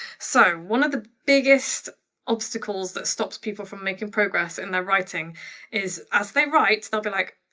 so, one of the biggest obstacles that stops people from making progress in their writing is as they write, they'll be like,